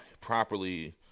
properly